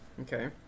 Okay